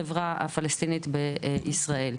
לחברה הפלסטינית בישראל.